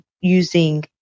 using